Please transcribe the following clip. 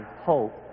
hope